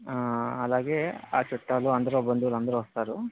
ఆ అలాగే ఆ చుట్టాలు అందరు బంధువులు అందరు వస్తారు